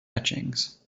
etchings